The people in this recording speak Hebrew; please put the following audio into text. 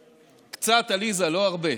קצת, עליזה, לא הרבה.